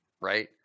Right